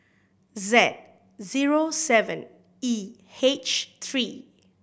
Z zero seven E H three